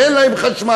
ואין להם חשמל,